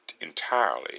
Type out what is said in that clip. entirely